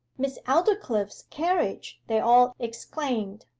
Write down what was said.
miss aldclyffe's carriage they all exclaimed.